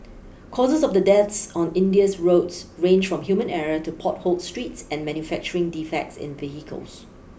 causes of the deaths on India's roads range from human error to potholed streets and manufacturing defects in vehicles